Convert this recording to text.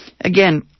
Again